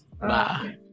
Bye